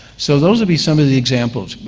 so those would be some of the examples.